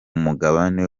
mugabane